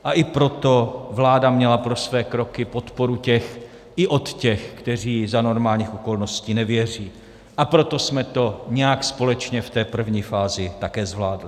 A i proto vláda měla pro své kroky podporu těch i od těch, kteří ji za normálních okolností nevěří, a proto jsme to nějak společně v té první fázi také zvládli.